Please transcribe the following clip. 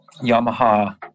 Yamaha